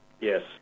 Yes